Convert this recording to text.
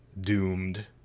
doomed